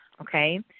Okay